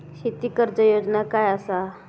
शेती कर्ज योजना काय असा?